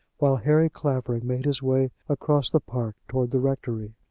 while harry clavering made his way across the park towards the rectory.